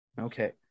Okay